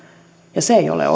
ja se ei ole